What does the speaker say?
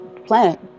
planet